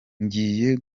ngiye